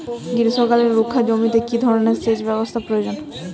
গ্রীষ্মকালে রুখা জমিতে কি ধরনের সেচ ব্যবস্থা প্রয়োজন?